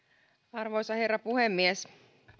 arvoisa herra puhemies